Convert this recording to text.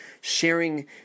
sharing